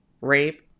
rape